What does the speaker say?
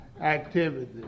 activity